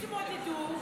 תתמודדו.